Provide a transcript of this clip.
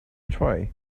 try